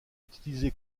utilisé